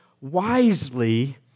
wisely